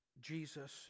Jesus